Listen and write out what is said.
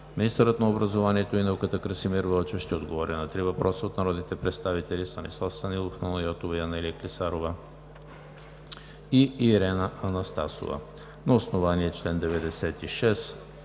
Министърът на образованието и науката Красимир Вълчев ще отговори на три въпроса от народните представители Станислав Станилов, Нона Йотова, Анелия Клисарова и Ирена Анастасова. На основание чл. 96,